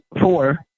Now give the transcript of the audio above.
four